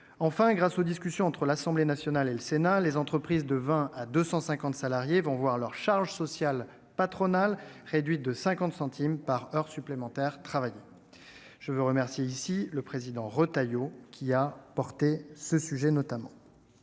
Enfin, grâce aux discussions entre l'Assemblée nationale et le Sénat, les entreprises de 20 à 250 salariés verront leurs charges sociales patronales réduites de 50 centimes par heure supplémentaire travaillée. Je veux remercier le président Retailleau, qui a soutenu ce projet.